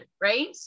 right